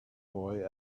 boy